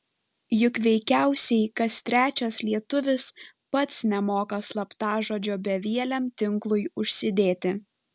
juk veikiausiai kas trečias lietuvis pats nemoka slaptažodžio bevieliam tinklui užsidėti